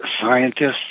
scientists